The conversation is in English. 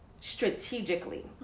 strategically